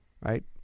Right